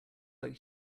like